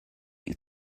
you